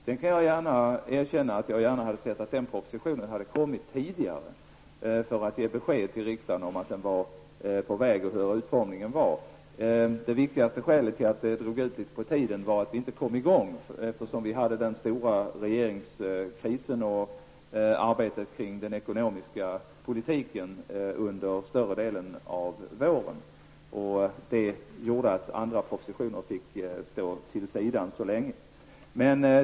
Sedan kan jag gärna erkänna att jag hade sett att propositionen hade kommit tidigare -- att riksdagen tidigare fått besked om propositionen och dess utformning. Det viktigaste skälet till att det drog ut på tiden var att vi inte kom i gång. Vi hade ju under större delen av våren den stora regeringskrisen och arbetet med den ekonomiska politiken. Detta gjorde att andra propositioner fick läggas åt sidan.